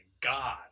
God